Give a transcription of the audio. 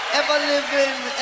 ever-living